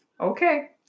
Okay